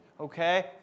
okay